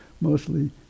mostly